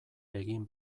egin